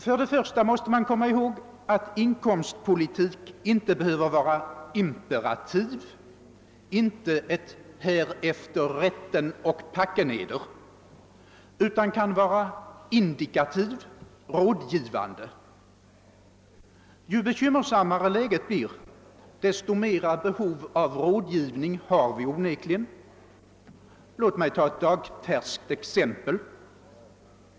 För det första måste man komma ihåg att inkomstpolitik inte behöver vara imperativ, inte ett »härefter rätten och packen eder», utan kan vara indikativ, rådgivande. Ju bekymmersammare läget är, desto större behov av rådgivning har vi onekligen. Låt mig ta ett dagsfärskt exempel.